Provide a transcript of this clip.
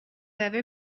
ever